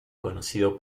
conocido